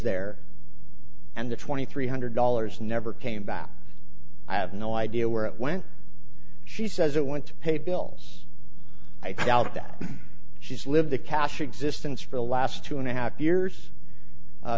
there and the twenty three hundred dollars never came back i have no idea where it went she says it went to pay bills i doubt that she's lived the cash existence for the last two and a half years